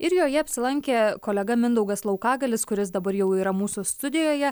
ir joje apsilankė kolega mindaugas laukagalis kuris dabar jau yra mūsų studijoje